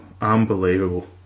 unbelievable